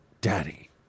Daddy